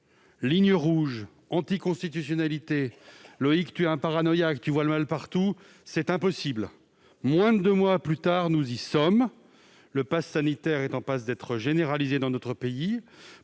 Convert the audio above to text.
Ligne rouge »,« anticonstitutionnalité »,« Loïc, tu es un paranoïaque, qui voit le mal partout »,« c'est impossible !»... Moins de deux mois plus tard, nous y sommes : le passe sanitaire est en voie d'être généralisé dans notre pays